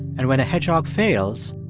and when a hedgehog fails,